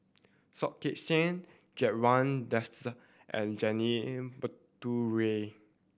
Soh Kay Siang Ridzwan and Janil